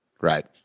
Right